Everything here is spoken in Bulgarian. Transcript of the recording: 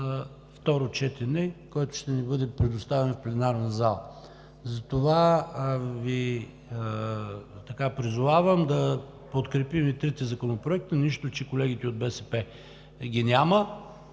второ четене, който ще ни бъде предоставен в пленарната зала. Затова Ви призовавам да подкрепим и трите законопроекта, нищо че колегите от БСП ги няма.